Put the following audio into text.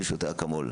אני שותה אקמול.